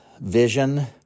vision